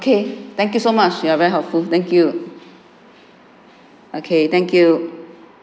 okay thank you so much you are very helpful thank you okay thank you